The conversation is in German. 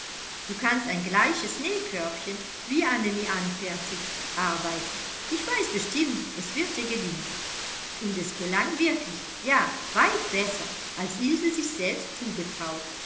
du kannst ein gleiches nähkörbchen wie annemie anfertigt arbeiten ich weiß bestimmt es wird dir gelingen und es gelang wirklich ja weit besser als ilse sich selbst zugetraut